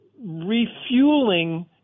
Refueling